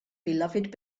beloved